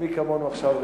מי כמונו עכשיו רגועים.